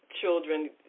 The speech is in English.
children